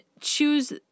choose